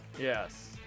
Yes